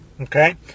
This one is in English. Okay